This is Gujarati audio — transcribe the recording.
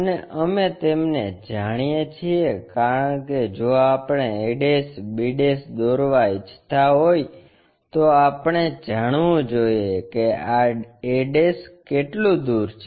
અને અમે તેમને જાણીએ છીએ કારણ કે જો આપણે a b દોરવા ઈચ્છતા હોય તો આપણે જાણવું જોઈએ કે આ a કેટલું દૂર છે